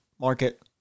market